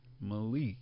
Malik